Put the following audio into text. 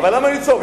אבל, למה לצעוק?